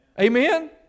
Amen